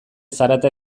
zarata